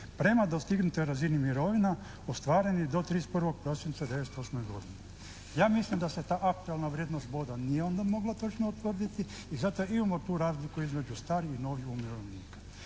prema dostignutoj razini mirovina ostvarenoj do 31. prosinca 1998. godine.". Ja mislim da se ta aktualna vrijednost boda nije onda mogla točno utvrditi i zato imamo tu razliku između starih i novih umirovljenika